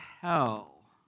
hell